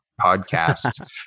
podcast